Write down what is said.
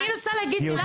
אני רוצה להגיד משהו.